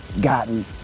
gotten